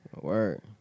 word